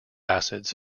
acids